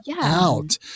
out